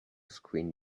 screen